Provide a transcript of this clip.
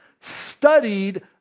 studied